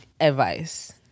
Advice